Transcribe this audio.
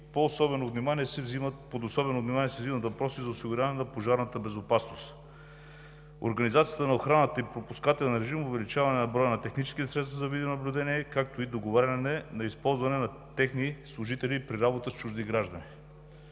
Под особено внимание се взимат въпроси за осигуряване на пожарната безопасност, организацията на охраната и пропускателния режим, увеличаване броя на техническите средства за видеонаблюдение, както и договаряне за използване на техни служители при работа с чужди граждани.